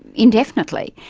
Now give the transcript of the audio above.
indefinitely.